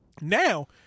Now